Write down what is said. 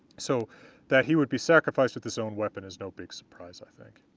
so that he would be sacrificed with his own weapon is no big surprise, i think.